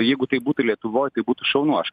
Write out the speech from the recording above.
jeigu taip būtų lietuvoj tai būtų šaunu aš